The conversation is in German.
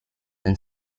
den